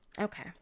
Okay